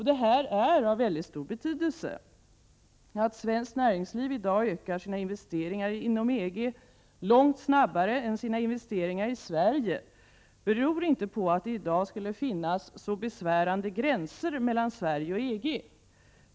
Detta är av mycket stor betydelse. Att svenskt näringsliv i dag ökar sina investeringar inom EG långt snabbare än sina investeringar i Sverige beror inte främst på att det i dag skulle finnas några besvärande gränser mellan Sverige och EG.